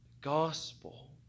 Gospel